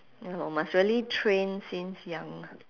ya lor must really train since young